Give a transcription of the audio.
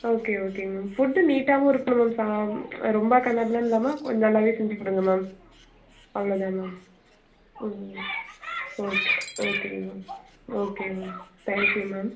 okay ஓகேங்க ma'am food நீட்டாகவும் இருக்கணும் மேம் ரொம்ப கன்னா பின்னானு இல்லாமல் கொஞ்சம் நல்லா செஞ்சு கொடுங்க மேம் அவ்வளோ தான் மேம் ம் ஓகே ஓகேங்க மேம் ஓகேங்க மேம் தேங்க்யூ மேம்